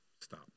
stop